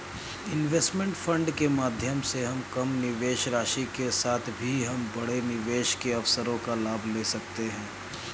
investment fund के माध्यम से हम कम निवेश राशि के साथ भी हम बड़े निवेश के अवसरों का लाभ ले सकते हैं